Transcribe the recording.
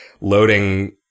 loading